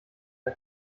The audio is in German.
der